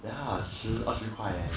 the 他十二十块 eh